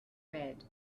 red